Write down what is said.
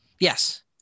Yes